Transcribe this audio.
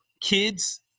kids